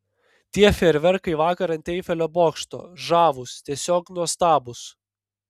tie fejerverkai vakar ant eifelio bokšto žavūs tiesiog nuostabūs